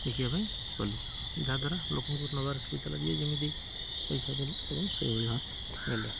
ବିକିବା ପାଇଁ ଗଲୁ ଯାହାଦ୍ୱାରା ଲୋକଙ୍କ ନେବାର ସୁବିଧା ହେଲା ଯିଏ ଯେମିତି ପଇସା ଦେଲେ ଏବଂ ସେଇଭଳି ଭାବରେ ନେଲେ